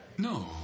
No